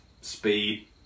speed